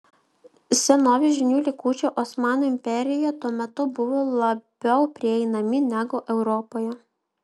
senovės žinių likučiai osmanų imperijoje tuo metu buvo labiau prieinami negu europoje